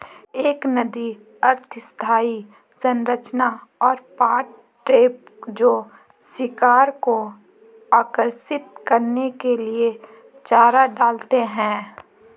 एक नदी अर्ध स्थायी संरचना और पॉट ट्रैप जो शिकार को आकर्षित करने के लिए चारा डालते हैं